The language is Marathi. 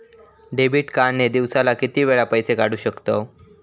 डेबिट कार्ड ने दिवसाला किती वेळा पैसे काढू शकतव?